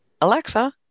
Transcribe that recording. Alexa